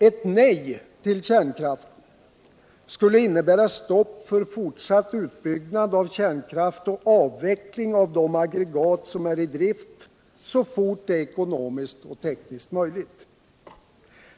Et nej till kärnkraft skulle innebära stopp för fortsatt utbyggnad av kärnkraft och avveckling av de aggregat som är i drift så fort som det är ekonomiskt och tekniskt möjligt.